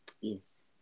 Yes